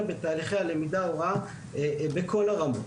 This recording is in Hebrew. בתהליכי הלמידה הוראה בכל הרמות.